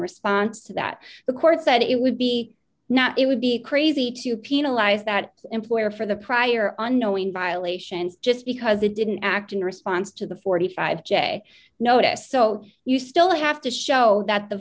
response to that the court said it would be not it would be crazy to penalize that employer for the prior unknowing violations just because they didn't act in response to the forty five dollars j notice so you still have to show that the